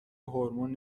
هورمون